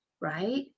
right